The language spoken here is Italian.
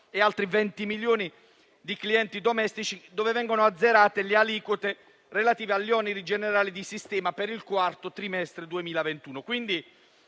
e altri 20 milioni di clienti domestici per i quali vengono azzerate le aliquote relative agli oneri generali di sistema per il quarto trimestre 2021.